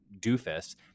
doofus